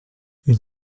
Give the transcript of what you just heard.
une